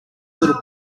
little